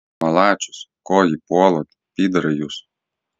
malačius ko jį puolat pyderai jūs